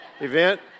event